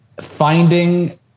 finding